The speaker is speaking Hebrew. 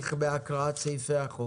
שזה דבר חקיקה נפרד שאנחנו לא נוגעים בו.